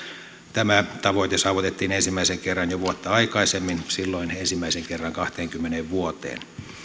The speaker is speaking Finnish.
tämä tavoite saavutettiin ensimmäisen kerran jo vuotta aikaisemmin silloin ensimmäisen kerran kahteenkymmeneen vuoteen